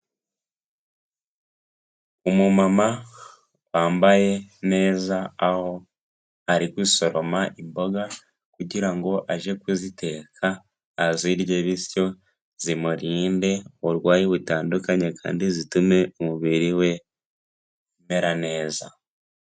Umumama wambaye neza aho ari gusoroma imboga kugira ngo aje kuziteka, azirye bityo zimurinde uburwayi butandukanye kandi zitume umubiri we umera neza.